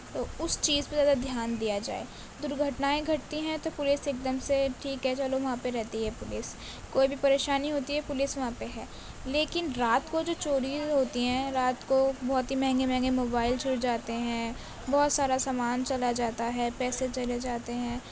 تو اس چیز پہ زیادہ دھیان دیا جائے درگھٹنائیں گھٹتی ہیں تو پولیس ایک دم سے ٹھیک ہے چلو وہاں پہ رہتی ہے پولیس کوئی بھی پریشانی ہوتی ہے پولیس وہاں پہ ہے لیکن رات کو جو چوری ہوتی ہیں رات کو بہت ہی مہنگے مہنگے موبائل چھوٹ جاتے ہیں بہت سارا سامان چلا جاتا ہے پیسے چلے جاتے ہیں